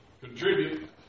contribute